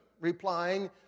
replying